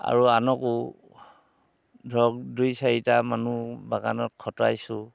আৰু আনকো ধৰক দুই চাৰিটা মানুহ বাগানত খটাইছোঁ